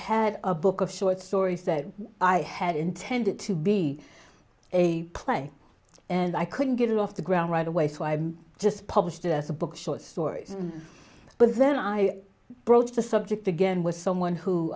had a book of short stories that i had intended to be a play and i couldn't get off the ground right away so i'm just published a book of short stories but then i broached the subject again with someone who